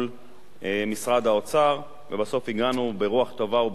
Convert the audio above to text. משרד האוצר, ובסוף הגענו ברוח טובה ובהסכמה,